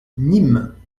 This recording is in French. nîmes